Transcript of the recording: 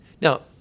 Now